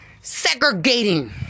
segregating